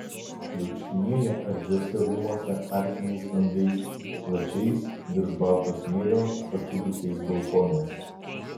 vaikštinėja erdviuose rūmuose arkiniais langais plačiais virš balto smėlio pakibusiais balkonais